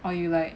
or you like